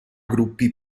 gruppi